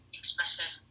expressive